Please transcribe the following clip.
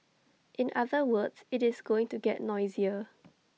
in other words IT is going to get noisier